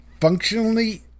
functionally